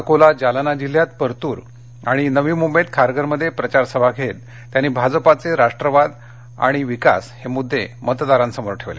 अकोला जालनाजिल्ह्यात परतूर आणि नवी मंबईतखारघरमध्ये प्रचार सभा घेत त्यांनी भाजपाचे राष्ट्रवाद आणि विकास हे मुद्दे मतदारांसमोर ठेवले